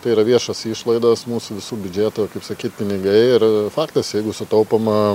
tai yra viešos išlaidos mūsų visų biudžeto kaip sakyt pinigai ir faktas jeigu sutaupoma